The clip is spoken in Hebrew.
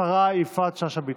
השרה יפעת שאשא ביטון.